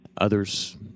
others